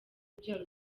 urubyaro